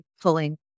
pulling